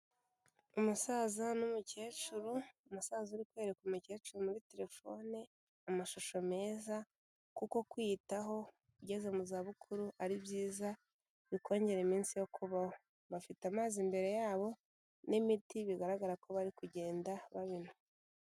Umusaza n'umukecuru, umusaza uri kwereka umukecuru muri terefone amashusho meza, kuko kwiyitaho ugeze mu za bukuru ari byiza, bikongerera iminsi yo kubaho, bafite amazi imbere yabo n'imiti, bigaragara ko bari kugenda babinywa.